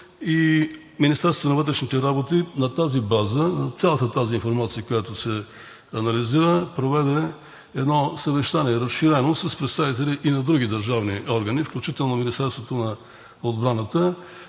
и Министерството на вътрешните работи на тази база, на цялата тази информация, която се анализира, проведе едно разширено съвещание с представители и на други държавни органи, включително и Министерството на отбраната,